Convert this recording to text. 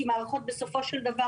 כי מערכות בסופו של דבר